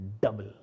Double